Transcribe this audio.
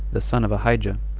the son of ahijah,